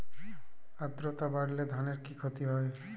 আদ্রর্তা বাড়লে ধানের কি ক্ষতি হয়?